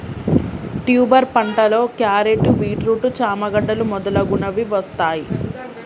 tuber పంటలో క్యారెట్లు, beetroot, చామ గడ్డలు మొదలగునవి వస్తాయ్